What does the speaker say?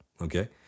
Okay